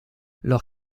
leur